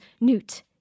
newt